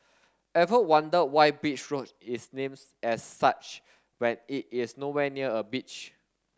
ever wonder why Beach Road is names as such when it is nowhere near a beach